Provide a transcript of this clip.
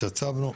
התייצבנו,